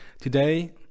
Today